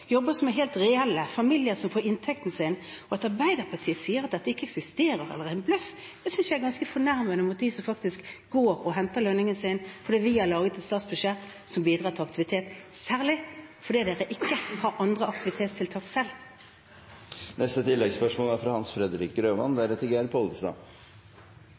jobber som er helt reelle. Familier får inntekten sin. At Arbeiderpartiet sier at dette ikke eksisterer eller er en bløff, synes jeg er ganske fornærmende mot dem som faktisk går og henter lønningen sin fordi vi har laget et statsbudsjett som bidrar til aktivitet – særlig fordi Arbeiderpartiet ikke har andre aktivitetstiltak selv.